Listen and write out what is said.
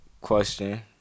question